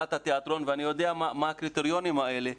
בהנהלת תיאטרון ואני יודע מה הקריטריונים האלה,